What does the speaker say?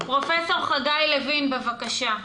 פרופ' חגי לוין, בבקשה.